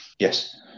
Yes